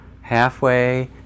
halfway